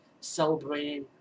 celebrating